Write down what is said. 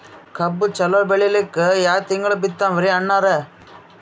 ಕಬ್ಬು ಚಲೋ ಬೆಳಿಲಿಕ್ಕಿ ಯಾ ತಿಂಗಳ ಬಿತ್ತಮ್ರೀ ಅಣ್ಣಾರ?